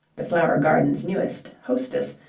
the flower garden's newest hostess,